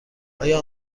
آیا